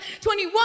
21